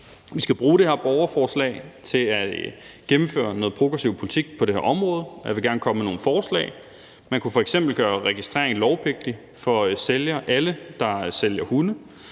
vi skal bruge det her borgerforslag til at gennemføre noget progressiv politik på det her område, og jeg vil gerne komme med nogle forslag. Vi kunne f.eks. gøre registrering lovpligtig for alle, der sælger hunde.